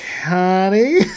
honey